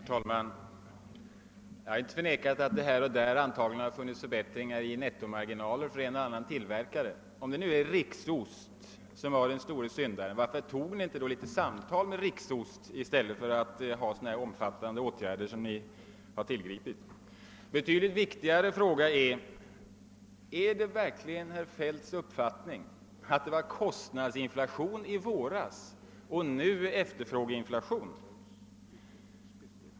Herr talman! Jag har inte förnekat att det här och där antagligen förekommit förbättringar i nettomarginalen för en och annan tillverkare. Om nu Riksost var den store syndaren, varför tog ni då inte ett samtal med Riksost i stället för att tillgripa så omfattande åtgärder? En betydligt viktigare fråga är huruvida det verkligen är herr Feldts uppfattning att det rådde kostnadsinflation i våras och att det nu råder efterfrågeinflation.